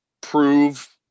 prove